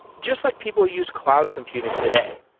just like people use cloud computing today.